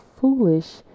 foolish